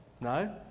no